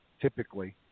typically